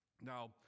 Now